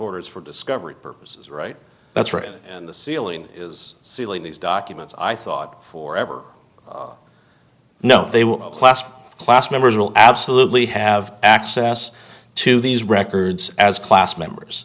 orders for discovery purposes right that's right and the ceiling is sealing these documents i thought for ever no they were last class members will absolutely have access to these records as class members